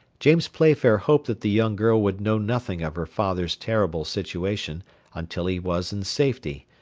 james playfair hoped that the young girl would know nothing of her father's terrible situation until he was in safety,